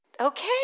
Okay